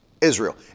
Israel